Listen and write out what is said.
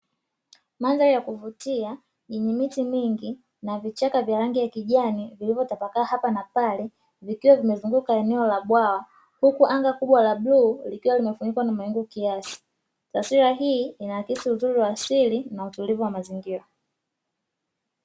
Mandhari ya kuvutia yenye miti mingi na vichaka vya rangi ya kijani, vilivyotapakaa hapa na pale, vikiwa vimezunguka eneo la bwawa, huku anga kubwa la bluu likiwa limefunikwa na mawingu kiasi. Taswira hii inaakisi uzuri wa asili na utulivu wa mazingira.